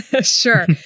Sure